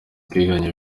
twiganye